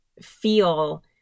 feel